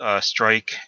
strike